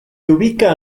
ubica